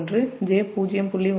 1 j0